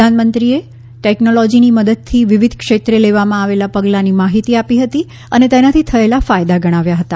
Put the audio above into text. પ્રધાનમંત્રીએ ટેકનોલોજીની મદદથી વિવિધ ક્ષેત્રે લેવામાં આવેલા પગલાંની માહિતી આપી હતી અને તેનાથી થયેલા ફાયદા ગણાવ્યા હતા